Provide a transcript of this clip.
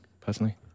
personally